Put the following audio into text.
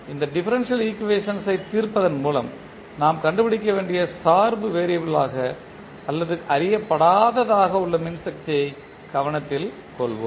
இந்த differential equations ஐத் தீர்ப்பதன் மூலம் நாம் கண்டுபிடிக்க வேண்டிய சார்பு வேறியபிள் யாக அல்லது அறியப்படாததாக உள்ள மின் சக்தியை கவனத்தில் கொள்வோம்